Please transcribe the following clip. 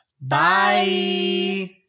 Bye